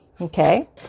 Okay